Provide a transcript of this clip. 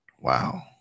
Wow